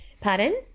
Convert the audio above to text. Pardon